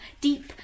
deep